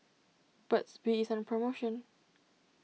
Burt's Bee is on promotion